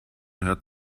hört